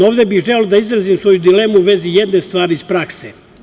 Ovde bih želeo da izrazim svoju dilemu u vezi jedne stvari iz prakse.